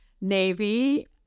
Navy